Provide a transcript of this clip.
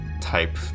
type